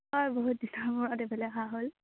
হয় বহুতদিনৰ মূৰত এইফালে অহা হ'ল